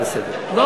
להצעה לסדר-היום.